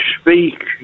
Speak